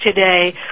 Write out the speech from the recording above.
today